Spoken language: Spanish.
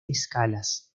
escalas